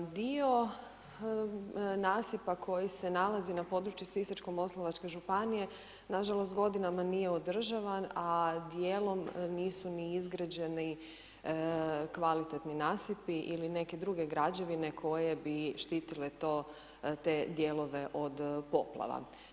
Dio nasipa koji se nalazi na području Sisačko-moslavačke županije nažalost godinama nije održavan, a dijelom nisu ni izgrađeni kvalitetni nasipi ili neke druge građevine koje bi štitile to te dijelove od poplava.